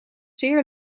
zeer